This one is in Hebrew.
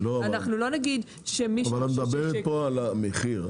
לא, אבל את מדברת פה על המחיר.